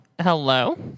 Hello